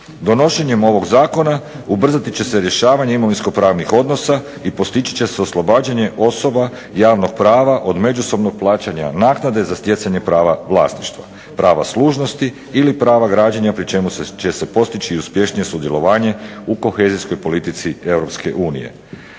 Donošenjem ovog Zakona ubrzati će se rješavanje imovinsko-pravnih odnosa i postići će se oslobađanje osoba javnog prava od međusobnog plaćanja naknade za stjecanje prava vlasništva, prava služnosti ili prava građenja pri čemu će se postići i uspješnije sudjelovanje u kohezijskoj politici